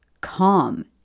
calm